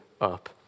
up